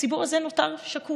הציבור הזה נותר שקוף.